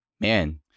man